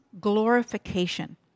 glorification